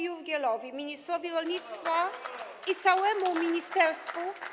Jurgielowi, ministrowi rolnictwa, i całemu ministerstwu.